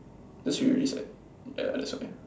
that's really sad ya that's why